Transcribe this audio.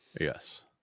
Yes